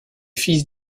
fils